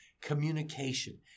communication